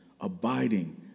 abiding